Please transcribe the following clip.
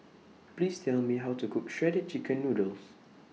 Please Tell Me How to Cook Shredded Chicken Noodles